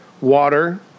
water